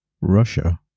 Russia